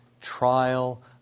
trial